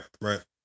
right